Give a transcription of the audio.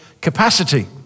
capacity